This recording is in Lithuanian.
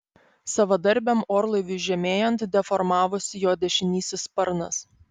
savadarbiam orlaiviui žemėjant deformavosi jo dešinysis sparnas